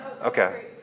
Okay